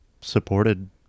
supported